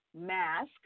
Mask